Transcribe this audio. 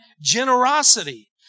generosity